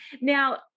Now